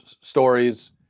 stories